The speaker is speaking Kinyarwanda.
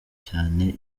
cyane